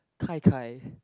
Kai Kai